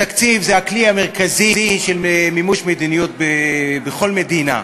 התקציב זה הכלי המרכזי של מימוש מדיניות בכל מדינה.